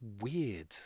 weird